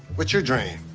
what's your dream?